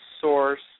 source